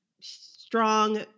strong